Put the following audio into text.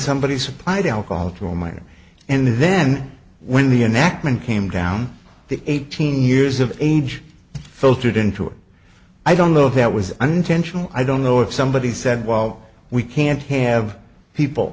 somebody supplied alcohol to a minor and then when the enactment came down the eighteen years of age filtered into it i don't know if that was unintentional i don't know if somebody said well we can't have people